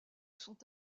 sont